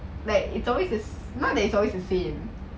like it's always not that it's always the same